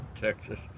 Texas